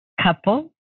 couple